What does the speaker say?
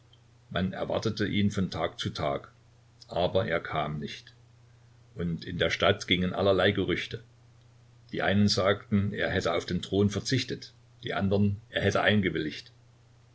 man erwartete ihn von tag zu tag aber er kam nicht und in der stadt gingen allerlei gerüchte die einen sagten er hätte auf den thron verzichtet die andern er hätte eingewilligt